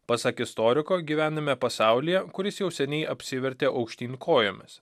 pasak istoriko gyvename pasaulyje kuris jau seniai apsivertė aukštyn kojomis